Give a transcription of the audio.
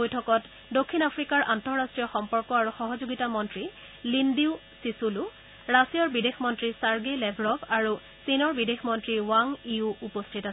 বৈঠকত দক্ষিণ আফ্ৰিকাৰ আন্তঃৰাষ্ট্ৰীয় সম্পৰ্ক আৰু সহযোগিতা মন্ত্ৰী লিণ্ডিউ ছিছুলু ৰাছিয়াৰ বিদেশ মন্ত্ৰী ছাগেইি লেভৰভ আৰু চীনৰ বিদেশমন্ত্ৰী ৱাং ইও উপস্থিত আছিল